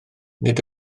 nid